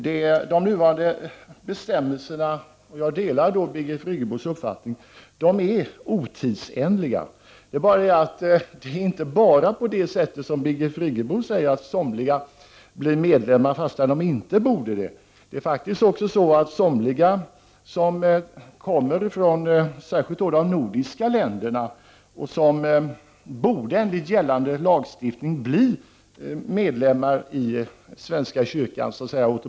De nuvarande bestämmelserna — jag delar Birgit Friggebos uppfattning — är otidsenliga. 113 Det fungerar emellertid inte bara på det sättet som Birgit Friggebo säger, att somliga blir medlemmar fast de inte borde det. Det är faktiskt också så att en del personer, som framför allt kommer från nordiska grannländer och som enligt gällande lagstiftning automatiskt borde bli medlemmar i svenska kyrkan, inte blir det.